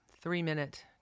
three-minute